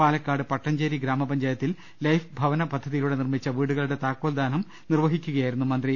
പാലക്കാട് പട്ടഞ്ചേരി ഗ്രാമപഞ്ചായത്തിൽ ലൈഫ് ഭവന പദ്ധതിയിലൂടെ നിർമ്മിച്ച വീടുകളുടെ താക്കോൽദാനം നിർവ്വ ഹിക്കുകയായിരുന്നു മന്ത്രി